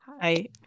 hi